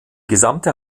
gesamte